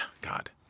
God